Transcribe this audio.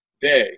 day